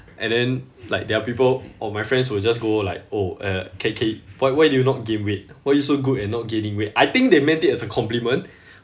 and then like there are people or my friends would just go like oh uh K_K why why do you not gain weight why you so good at not gaining weight I think they meant it as a compliment